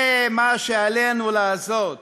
זה מה שעלינו לעשות